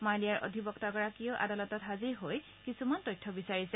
মালিয়াৰ অধিবক্তাগৰাকীয়েও আদালতত হাজিৰ হৈ কিছুমান তথ্য বিচাৰিছে